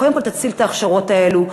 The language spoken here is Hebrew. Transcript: קודם כול תציל את ההכשרות האלו,